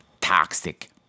toxic